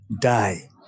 die